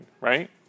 right